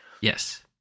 yes